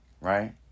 right